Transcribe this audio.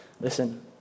Listen